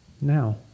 now